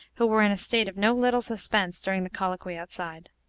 who were in a state of no little suspense during the colloquy outside.